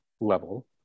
level